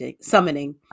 summoning